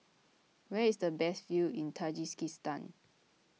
where is the best view in Tajikistan